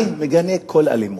אני מגנה כל אלימות.